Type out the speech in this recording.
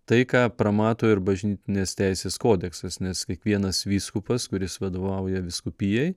tai ką pramato ir bažnytinės teisės kodeksas nes kiekvienas vyskupas kuris vadovauja vyskupijai